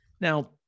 now